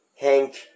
hank